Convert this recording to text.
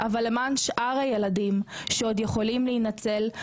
כולנו התכנסנו פה למען שאר הילדים שעוד יכולים להינצל,